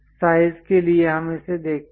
size के लिए हम इसे देखते हैं